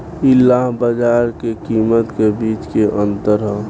इ लाभ बाजार के कीमत के बीच के अंतर ह